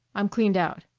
i'm cleaned out.